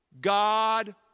God